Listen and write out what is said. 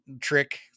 trick